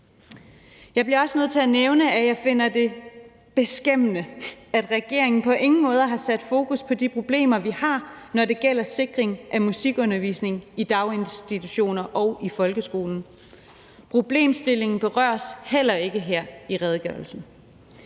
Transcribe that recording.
Jeg bliver også nødt til at nævne, at jeg finder det beskæmmende, at regeringen på ingen måde har sat fokus på de problemer, vi har, når det gælder sikring af musikundervisning i daginstitutioner og i folkeskolen. Problemstillingen berøres heller ikke her i redegørelsen.